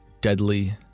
deadly